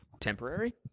Temporary